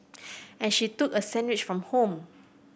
and she took a sandwich from home